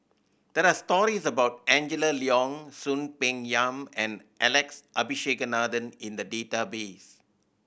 there are stories about Angela Liong Soon Peng Yam and Alex Abisheganaden in the database